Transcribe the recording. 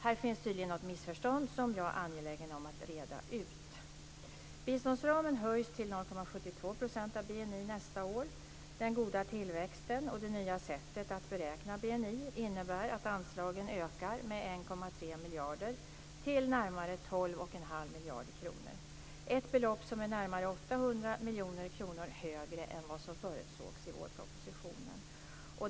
Här finns tydligen något missförstånd, som jag är angelägen om att reda ut. Den goda tillväxten och det nya sättet att beräkna BNI innebär att anslagen ökar med 1,3 miljarder till närmare 12,5 miljarder kronor, ett belopp som är närmare 800 miljoner kronor högre än vad som förutsågs i vårpropositionen.